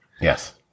Yes